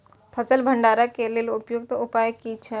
फसल भंडारण के लेल उपयुक्त उपाय कि छै?